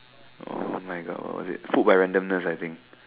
[oh]-my-God what is it fooled-by-randomness I think